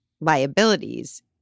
liabilities